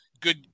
good